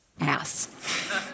ass